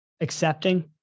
accepting